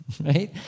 right